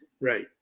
Right